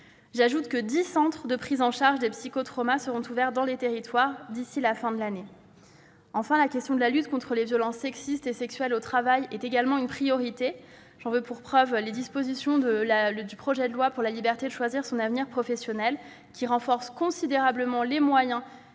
J'ajoute que dix centres de prise en charge des psycho-traumatismes seront ouverts dans les territoires d'ici à la fin de l'année. Enfin, la question de la lutte contre les violences sexistes et sexuelles au travail est également une priorité. J'en veux pour preuve les dispositions du projet de loi pour la liberté de choisir son avenir professionnel qui renforcent considérablement les moyens